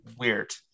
weird